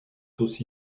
aussi